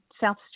South